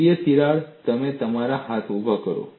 કેન્દ્રીય તિરાડ તમે તમારા હાથ ઉભા કરો